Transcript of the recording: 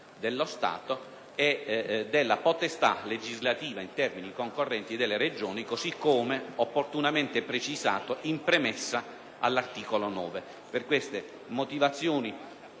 dello Stato e della potestà legislativa in termini concorrenti delle Regioni, così come opportunamente precisato in premessa all'articolo 9.